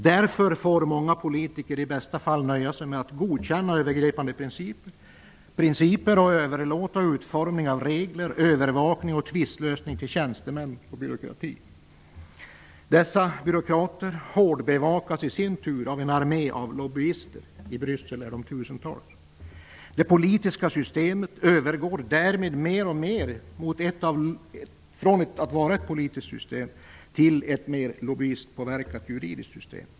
Därför får många politiker i bästa fall nöja sig med att godkänna övergripande principer och överlåta utformning av regler, övervakning och tvistlösning till tjänstemän och byråkrati. Dessa byråkrater hårdbevakas i sin tur av en armé av lobbyister. I Bryssel finns de i tusental. Det politiska systemet övergår därmed mer och mer till att bli ett lobbyistpåverkat juridiskt system.